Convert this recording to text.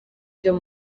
byo